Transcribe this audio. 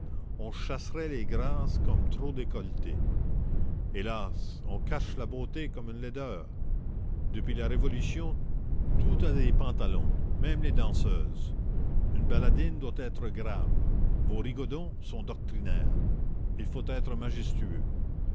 on chasserait les grâces comme trop décolletées hélas on cache la beauté comme une laideur depuis la révolution tout a des pantalons même les danseuses une baladine doit être grave vos rigodons sont doctrinaires il faut être majestueux